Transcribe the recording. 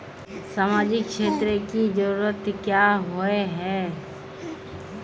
सामाजिक क्षेत्र की जरूरत क्याँ होय है?